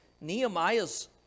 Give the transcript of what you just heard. Nehemiah's